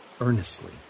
earnestly